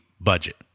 budget